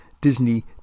Disney